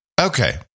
Okay